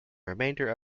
remainder